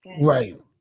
Right